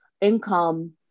income